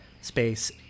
space